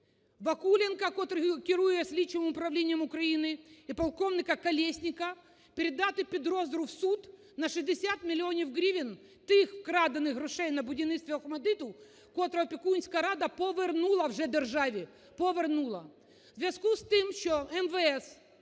Вакуленка, котрий керує слідчим управлінням України, і полковника Колесника – передати підозру в суд на 60 мільйонів гривень, тих вкрадених грошей на будівництві "ОХМАТДИТу", котрі Опікунська рада повернула вже державі, повернула.